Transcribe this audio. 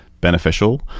beneficial